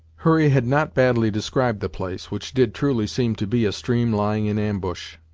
hurry had not badly described the place, which did truly seem to be a stream lying in ambush.